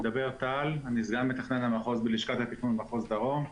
אני סגן מתכנן המחוז בלשכה לתכנון מחוז דרום.